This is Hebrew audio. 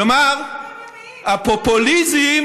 בגלל שהם לא גופים ימיים.